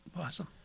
awesome